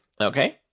Okay